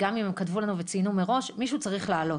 גם אם הם כתבו לנו וציינו מראש, מישהו צריך לעלות.